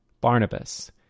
Barnabas